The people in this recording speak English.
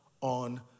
on